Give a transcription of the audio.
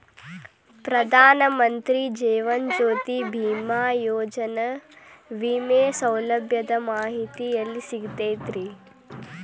ಪ್ರಧಾನ ಮಂತ್ರಿ ಜೇವನ ಜ್ಯೋತಿ ಭೇಮಾಯೋಜನೆ ವಿಮೆ ಸೌಲಭ್ಯದ ಮಾಹಿತಿ ಎಲ್ಲಿ ಸಿಗತೈತ್ರಿ?